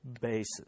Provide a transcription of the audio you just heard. basis